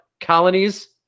colonies